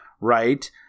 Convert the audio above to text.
right